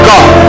God